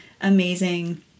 amazing